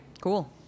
Cool